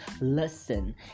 listen